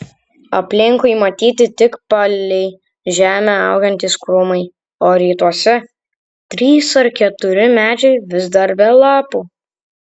aplinkui matyti tik palei žemę augantys krūmai o rytuose trys ar keturi medžiai vis dar be lapų